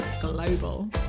global